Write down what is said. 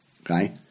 okay